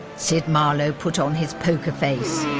sid marlowe put on his poker face.